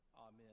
Amen